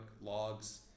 logs